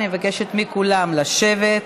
אני מבקשת מכולם לשבת.